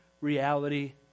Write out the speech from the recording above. reality